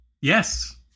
Yes